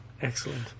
Excellent